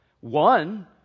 One